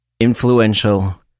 influential